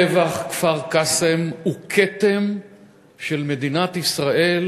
טבח כפר-קאסם הוא כתם של מדינת ישראל,